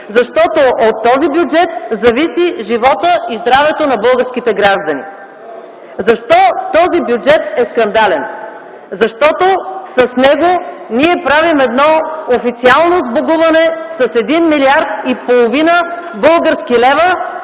близки. От този бюджет зависят животът и здравето на българските граждани. Защо този бюджет е скандален? Защото с него ние правим едно официално сбогуване с 1,5 млрд. лв. български лева,